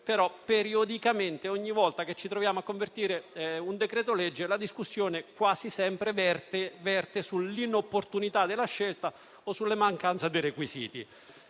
periodicamente, ogni volta che ci troviamo a convertire un decreto-legge, la discussione quasi sempre verte sull'inopportunità della scelta o sulla mancanza dei requisiti.